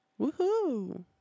Woohoo